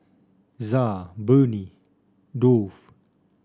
ZA Burnie Dove